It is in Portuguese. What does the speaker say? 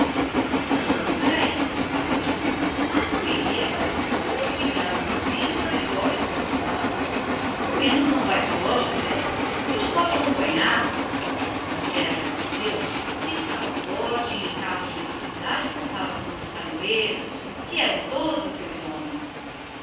não era isso respondia o outro mas não iria para a terra sem ter dado uma vista dolhos ao rosário ao menos não vai só josé eu posso acompanhar te josé agradeceu que já estava perfeitamente bom e em caso de necessidade podia contar com os canoeiros que eram todos seus homens